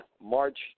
March